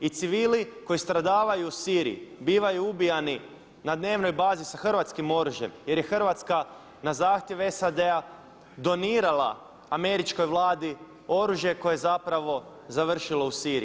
I civili koji stradavaju u Siriji bivaju ubijani na dnevnoj bazi sa hrvatskim oružjem jer je Hrvatska na zahtjev SAD-a donirala Američkoj vladi oružje koje je zapravo završilo u Siriji.